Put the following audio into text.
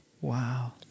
Wow